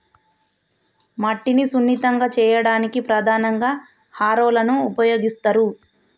మట్టిని సున్నితంగా చేయడానికి ప్రధానంగా హారోలని ఉపయోగిస్తరు